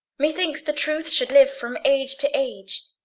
methinks the truth should live from age to age,